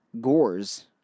gores